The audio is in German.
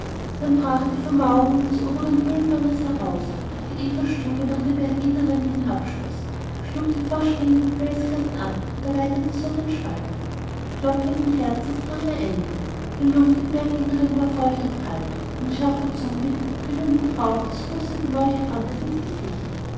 dann brach er die vermauerung des oberen höhlenganges heraus die evas stube nach dem berginnern hin abschloß schlug die vorspringenden felskanten ab und erweiterte so den spalt klopfenden herzens drang er ein die luft im berginnern war feucht und kalt ein scharfer zugwind trieb ihm den rauch des rußenden leuchtbrandes ins gesicht